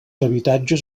habitatges